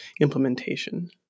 implementation